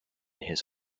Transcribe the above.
his